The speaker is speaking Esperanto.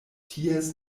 ties